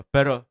Pero